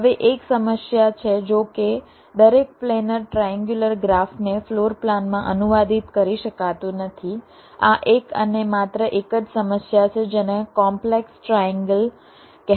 હવે એક સમસ્યા છે જો કે દરેક પ્લેનર ટ્રાએન્ગ્યુલર ગ્રાફને ફ્લોર પ્લાનમાં અનુવાદિત કરી શકાતું નથી આ એક અને માત્ર એક જ સમસ્યા છે જેને કોમ્પલેક્સ ટ્રાએન્ગલ કહેવાય છે